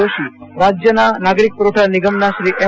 જોષી રાજયના નાગરીક પુરવઠા નિગમના શ્રી એમ